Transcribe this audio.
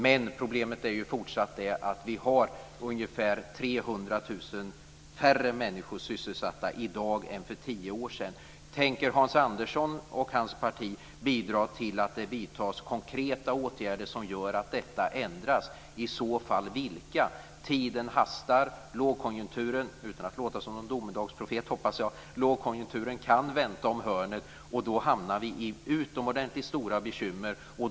Men problemet är ju att vi fortfarande har ungefär 300 000 människor färre sysselsatta i dag än för tio år sedan. Tänker Hans Andersson och hans parti bidra till att det vidtas konkreta åtgärder som gör att detta ändras, och i så fall vilka? Tiden hastar. Lågkonjunkturen kan vänta om hörnet - jag hoppas att jag inte låter som någon domedagsprofet - och då hamnar vi i utomordentligt stora bekymmer.